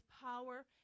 power